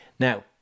Now